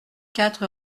quatre